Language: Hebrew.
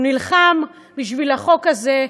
הוא נלחם בשביל החוק הזה,